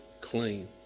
clean